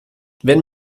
wenn